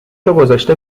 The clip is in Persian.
گذاشته